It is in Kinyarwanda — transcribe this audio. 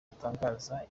atangaza